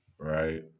Right